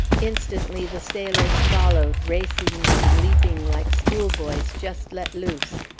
instantly the sailors followed, racing and leaping like schoolboys just let loose.